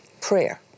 prayer